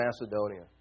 Macedonia